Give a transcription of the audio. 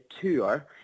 tour